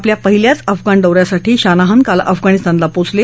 आपल्या पहिल्याच अफगाण दौ यासाठी शानाहन काल अफगाणिस्तानला पोचले